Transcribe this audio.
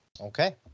Okay